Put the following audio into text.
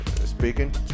speaking